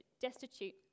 destitute